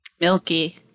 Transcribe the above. milky